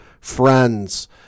Friends